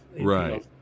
Right